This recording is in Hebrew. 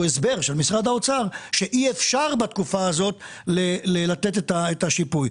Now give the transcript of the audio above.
הסבר של משרד האוצר שאי אפשר בתקופה הזאת לתת את השיפוי.